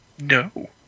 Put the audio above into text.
No